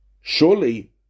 Surely